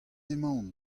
emaon